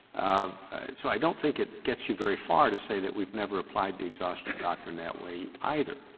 so i don't think it gets you very far to say that we've never applied the exhaustion doctrine that way either.